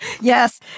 Yes